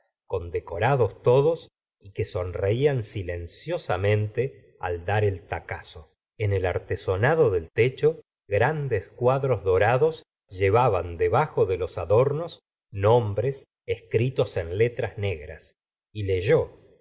condecorados todos y que sonreían silenciosamente al dar el tacazo en el artesonado del techo grandes cuadros dorados llevaban debajo de los adornos nombres escritos en letras negras y leyó